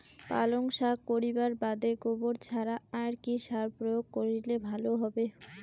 পালং শাক করিবার বাদে গোবর ছাড়া আর কি সার প্রয়োগ করিলে ভালো হবে?